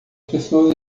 pessoas